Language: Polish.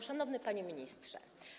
Szanowny Panie Ministrze!